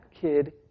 kid